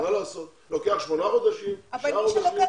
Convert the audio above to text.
לוקח שמונה חודשים, שישה חודשים.